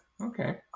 Okay